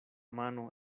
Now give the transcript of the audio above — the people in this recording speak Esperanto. mano